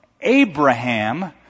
Abraham